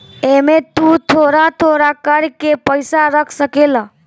एमे तु थोड़ा थोड़ा कर के पईसा रख सकेल